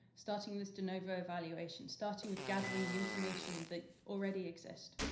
starting this de novo evaluation, starting with gathering the information that already exists.